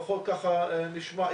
לפחות ככה נשמע,